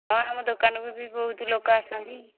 ହଁ ଆମ ଦୋକାନକୁ ବି ବହୁତ ଲୋକ ଆସନ୍ତି